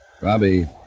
Robbie